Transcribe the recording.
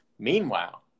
Meanwhile